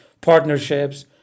partnerships